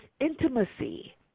intimacy